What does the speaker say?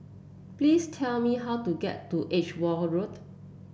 please tell me how to get to Edgeware Road